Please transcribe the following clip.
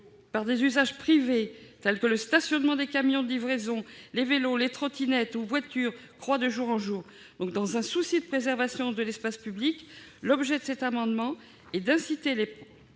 pour des usages privés tels que le stationnement de camions de livraison, de vélos, de trottinettes ou de voitures s'étend de jour en jour. Dans un souci de préservation de l'espace public, cet amendement tend à inciter les